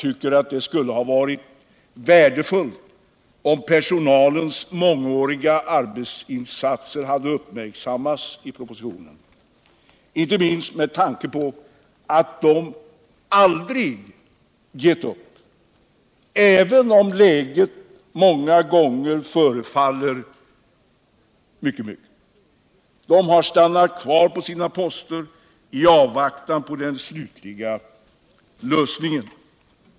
Det skulle ha varit värdefullt om personalens mångåriga arbetsinsatser hade uppmärksammats i propositionen. Inte minst med tanke på att de aldrig gett upp, även om läget många gånger förefallit mycket mörkt. De har stannat kvar på sina poster i avvaktan på den slutliga lösningen.